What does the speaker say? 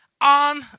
on